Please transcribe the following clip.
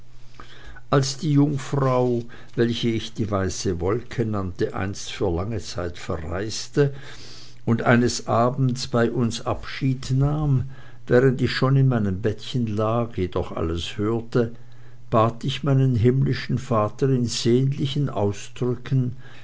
als die jungfrau welche ich die weiße wolke nannte einst für lange zeit verreiste und eines abends bei uns abschied nahm während ich schon in meinem bettchen lag jedoch alles hörte bat ich meinen himmlischen vater in sehnlichen ausdrücken